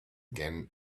again